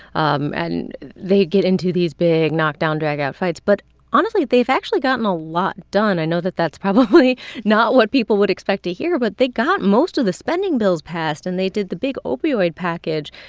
um and they get into these big knockdown-drag-out fights. but honestly, they've actually gotten a lot done. i know that that's probably not what people would expect to hear. but they got most of the spending bills passed. and they did the big opioid package.